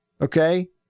Okay